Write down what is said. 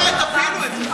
אין לי בעיה, תפילו את זה.